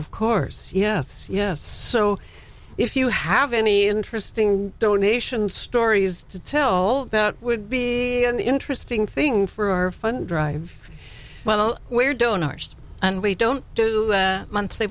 of course yes yes so if you have any interesting donation stories to tell that would be an interesting thing for our fund drive well where donors and we don't do monthly